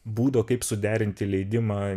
būdo kaip suderinti leidimą